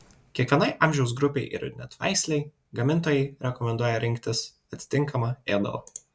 kiekvienai amžiaus grupei ir net veislei gamintojai rekomenduoja rinktis atitinkamą ėdalą